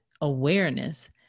awareness